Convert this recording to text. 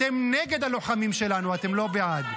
אתם נגד הלוחמים שלנו, אתם לא בעד.